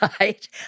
right